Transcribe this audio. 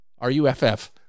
R-U-F-F